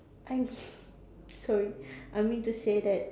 I'm sorry I mean to say that